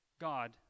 God